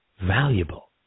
valuable